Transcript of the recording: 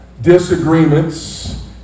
disagreements